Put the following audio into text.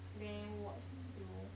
then watch video